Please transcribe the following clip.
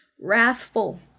Wrathful